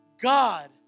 God